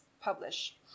publish